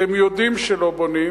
אתם יודעים שלא בונים.